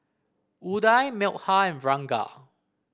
Udai Milkha and Ranga